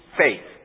faith